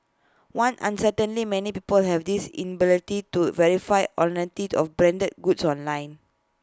one uncertainty many people have this inability to verify authenticity of branded goods online